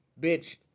Bitch